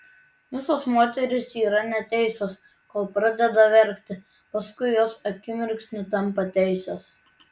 visos moterys yra neteisios kol pradeda verkti paskui jos akimirksniu tampa teisios